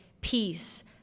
peace